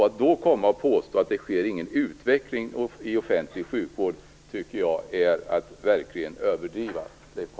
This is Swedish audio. Att då komma och påstå att det inte sker någon utveckling i offentlig sjukvård tycker jag är att verkligen överdriva, Leif